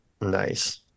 Nice